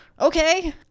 Okay